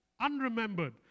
unremembered